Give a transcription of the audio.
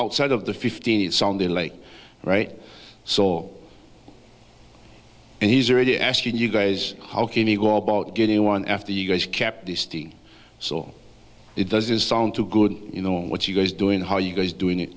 outside of the fifteen it sounded like right saw and he's already asking you guys how can you go about getting one after you guys kept this thing so it doesn't sound too good you know what you guys doing how you guys doing it